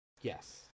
Yes